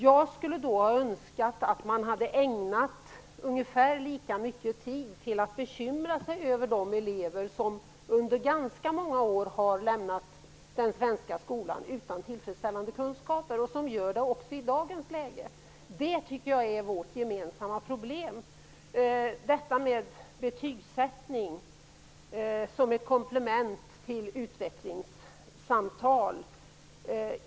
Jag önskar att man hade ägnat ungefär lika mycket tid åt att bekymra sig över de elever som under ganska många år har lämnat den svenska skolan utan tillfredsställande kunskaper; det sker också i dagens läge. Detta är vårt gemensamma problem. Jag skall ta upp detta med betygsättning som ett komplement till utvecklingssamtal.